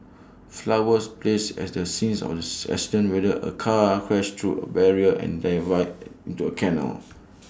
flowers placed at the scene of the accident where A car crashed through A barrier and dived into A canal